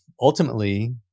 ultimately